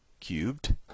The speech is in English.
cubed